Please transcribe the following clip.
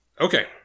Okay